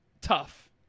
tough